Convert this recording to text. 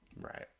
right